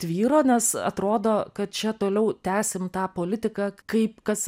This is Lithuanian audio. tvyro nes atrodo kad čia toliau tęsim tą politiką kaip kas